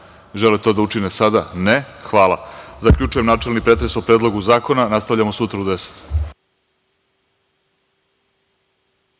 želi to da učini sada? (Ne.)Hvala. Zaključujem načelni pretres o Predlogu zakona. Nastavljamo sutra u 10.00